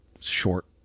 short